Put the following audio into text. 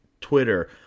Twitter